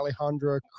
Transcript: Alejandra